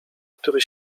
który